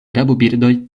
rabobirdoj